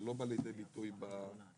זה לא בא לידי ביטוי בתקנות,